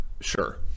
Sure